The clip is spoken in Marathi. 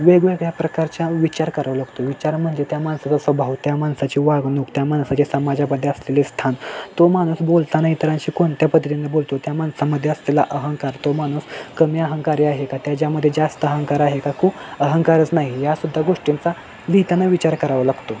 वेगवेगळ्या प्रकारचा विचार करावं लागतो विचार म्हणजे त्या माणसाचा स्वभाव त्या माणसाची वागणूक त्या माणसाचे समाजामध्ये असलेले स्थान तो माणूस बोलताना इतरांशी कोणत्या पद्धतीने बोलतो त्या माणसामध्ये असलेला अहंकार तो माणूस कमी अहंकारी आहे का त्याच्यामध्ये जास्त अहंकार आहे का खूप अहंकारच नाही यासुद्धा गोष्टींचा लिहिताना विचार करावा लागतो